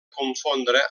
confondre